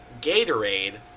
Gatorade